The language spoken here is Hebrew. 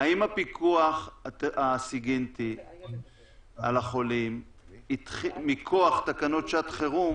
האם הפיקוח הסיגינטי על החולים מכוח תקנות שעת חירום